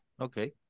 okay